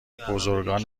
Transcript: بزرگان